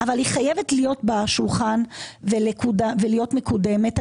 אבל היא חייבת להיות בשולחן ולהיות מקודמת.